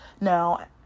Now